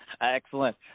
Excellent